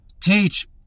Teach